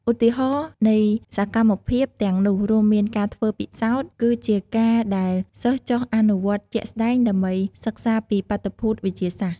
ឧទាហរណ៍នៃសកម្មភាពទាំងនោះរួមមាន ការធ្វើពិសោធន៍៖ គឺជាការដែលសិស្សចុះអនុវត្តជាក់ស្តែងដើម្បីសិក្សាពីបាតុភូតវិទ្យាសាស្ត្រ។